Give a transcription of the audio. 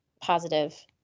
positive